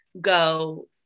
go